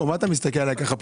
מה אתה מסתכל עליי ככה?